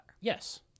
Yes